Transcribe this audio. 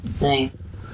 Nice